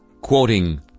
quoting